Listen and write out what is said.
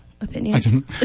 opinion